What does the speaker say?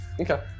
Okay